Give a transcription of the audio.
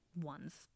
one's